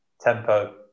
tempo